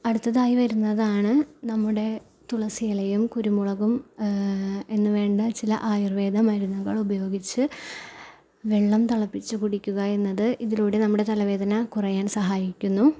അടുത്തതായി വരുന്നതാണ് നമ്മുടെ തുളസിയിലയും കുരുമുളകും എന്നു വേണ്ട ചില ആയുർവേദ മരുന്നുകളുപയോഗിച്ച് വെള്ളം തിളപ്പിച്ച് കുടിക്കുകയെന്നത് ഇതിലൂടെ നമ്മുടെ തലവേദന കുറയാൻ സഹായിക്കുന്നു